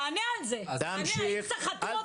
תענה על זה, האם סחטו אתכם?